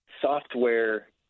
software